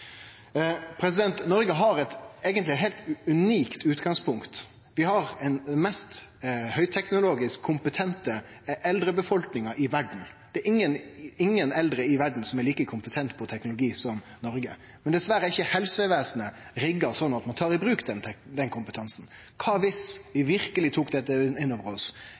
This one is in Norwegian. Noreg har eigentleg eit heilt unikt utgangspunkt. Vi har den mest høgteknologisk kompetente eldrebefolkninga i verda. Det er ingen eldre i verda som er like kompetente på teknologi som dei i Noreg. Men dessverre er ikkje helsevesenet rigga slik at ein tar i bruk denne kompetansen. Kva viss vi verkeleg tok dette innover oss og Stortinget som heilskap gjekk med opne auge inn